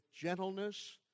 gentleness